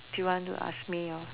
do you want to ask me your